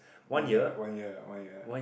one year one year one year